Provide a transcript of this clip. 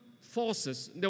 forces